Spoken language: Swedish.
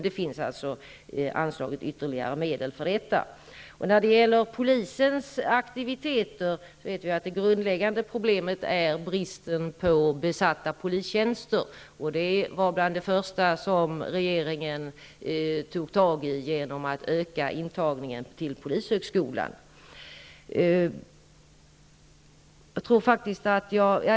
Det finns anslaget ytterligare medel för detta. När det gäller polisens aktiviteter vet vi att det grundläggande problemet är bristen på besatta polistjänster. Det var något av det första regeringen tog tag i genom att öka intagningen till polishögskolan.